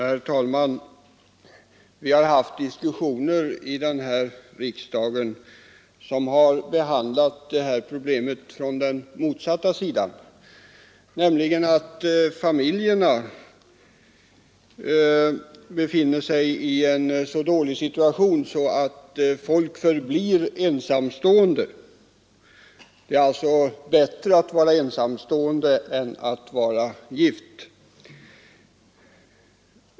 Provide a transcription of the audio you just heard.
Herr talman! Vi har haft diskussioner i den här riksdagen som har behandlat problemet från den motsatta utgångspunkten, nämligen att familjerna befinner sig i en så dålig situation att folk förblir ensamstående. Det är alltså bättre att vara ensamstående än att vara gift.